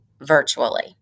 virtually